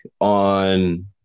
on